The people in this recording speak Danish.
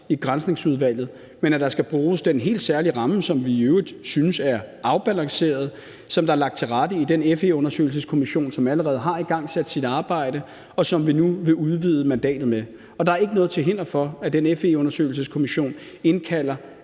i Granskningsudvalget, men at der skal bruges den helt særlige ramme, som vi i øvrigt synes er afbalanceret, og som er lagt til rette i den FE-undersøgelseskommission, som allerede har igangsat sit arbejde, og som vi nu vil udvide mandatet med. Og der er ikke noget til hinder for, at den FE-undersøgelseskommission indkalder